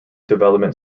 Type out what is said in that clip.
development